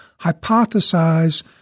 hypothesize